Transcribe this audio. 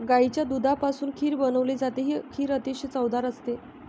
गाईच्या दुधापासून खीर बनवली जाते, ही खीर अतिशय चवदार असते